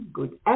good